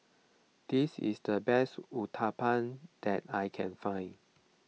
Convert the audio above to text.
this is the best Uthapam that I can find